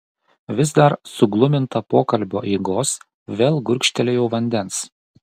vis dar sugluminta pokalbio eigos vėl gurkštelėjau vandens